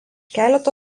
keleto